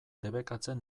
debekatzen